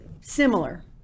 similar